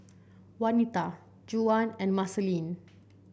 Wanita Juwan and Marceline